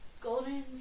Golden